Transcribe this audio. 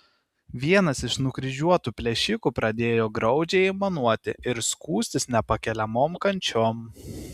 vienas iš nukryžiuotų plėšikų pradėjo graudžiai aimanuoti ir skųstis nepakeliamom kančiom